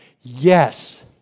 Yes